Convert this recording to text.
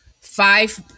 five